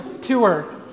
tour